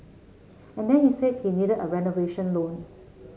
and then he said he needed a renovation loan